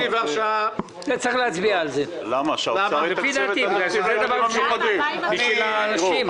צריך להצביע על זה כי זה דבר שנועד בשביל האנשים.